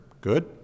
Good